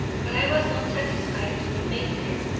but i was not satisfied to remain there.